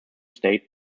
state